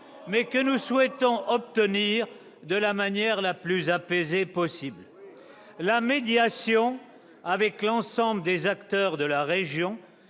mais que nous souhaitons obtenir de la manière la plus apaisée possible. Le second principe est la médiation avec l'ensemble des acteurs de la région,